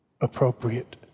appropriate